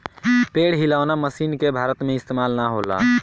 पेड़ हिलौना मशीन के भारत में इस्तेमाल ना होला